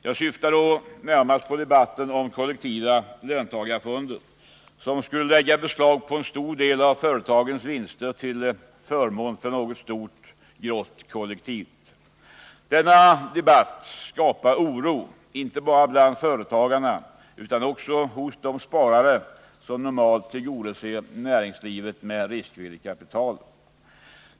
Jag syftar då på debatten om kollektiva löntagarfonder som skulle lägga beslag på en stor del av företagens vinster till förmån för något stort, grått kollektiv. Denna debatt skapar oro inte bara bland företagarna utan också hos de sparare som normalt tillgodoser näringslivet med riskvilligt kapital.